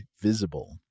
Visible